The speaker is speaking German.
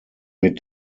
mit